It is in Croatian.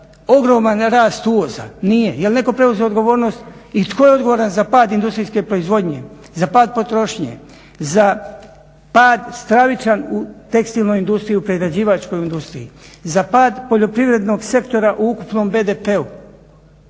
ogroman rast uvoza? Nije. Jel' netko preuzeo odgovornost i tko je odgovoran za pad industrijske proizvodnje, za pad potrošnje, za pad stravičan u tekstilnoj industriji, u prerađivačkoj industriji? Za pad poljoprivrednog sektora u ukupnom BDP-u?